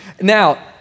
Now